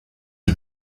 die